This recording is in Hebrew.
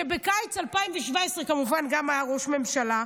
שגם בקיץ 2017 כמובן היה ראש ממשלה,